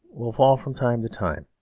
will fall from time to time.